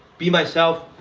be myself,